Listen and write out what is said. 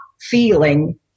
feeling